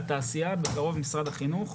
בקרוב משרד החינוך,